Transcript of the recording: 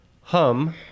Hum